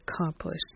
accomplished